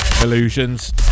Illusions